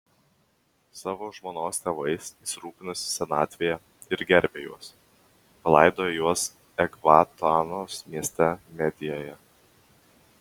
savo žmonos tėvais jis rūpinosi senatvėje ir gerbė juos palaidojo juos ekbatanos mieste medijoje